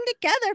together